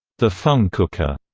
the funcooker,